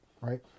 right